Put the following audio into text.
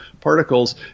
Particles